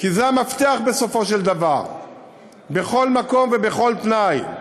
כי זה המפתח בסופו של דבר בכל מקום ובכל תנאי.